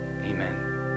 amen